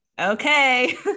okay